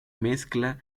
mezcla